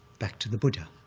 back to the buddha,